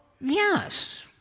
yes